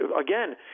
Again